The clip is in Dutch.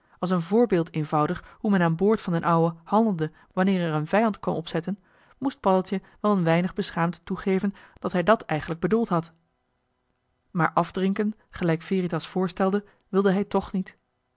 als een voorbeeld eenvoudig hoe men aan boord van d'n ouwe handelde wanneer er een vijand kwam opzetten moest paddeltje wel een weinig beschaamd toegeven dat hij dat eigenlijk bedoeld had maar afdrinken gelijk veritas voorstelde wilde hij toch niet